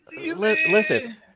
listen